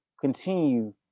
continue